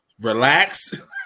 relax